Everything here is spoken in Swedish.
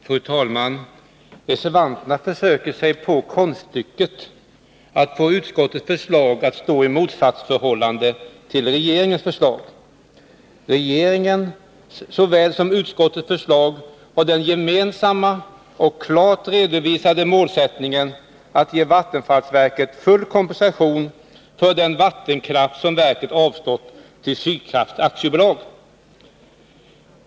Fru talman! Reservanterna försöker sig på konststycket att få utskottets förslag att stå i motsatsförhållande till regeringens förslag. Regeringens såväl som utskottets förslag har det gemensamma och klart redovisade målet att ge vattenfallsverket full kompensation för den vattenkraft som verket har avstått till Sydkraft AB.